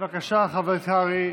בבקשה, חבר הכנסת קרעי.